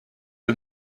eux